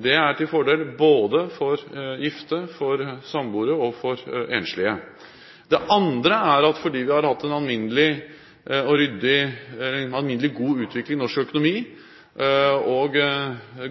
Det er til fordel for både gifte, samboere og for enslige. Det andre, som skyldes at vi har hatt en alminnelig god utvikling i norsk økonomi og